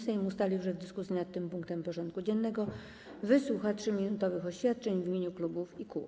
Sejm ustalił, że w dyskusji nad tym punktem porządku dziennego wysłucha 3-minutowych oświadczeń w imieniu klubów i kół.